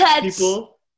people